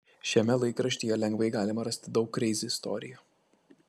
šiame laikraštyje lengvai galima rasti daug kreizi istorijų